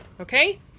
Okay